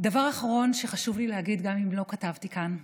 דבר אחרון שחשוב לי להגיד, גם אם לא כתבתי כאן: